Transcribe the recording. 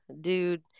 dude